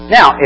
Now